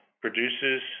produces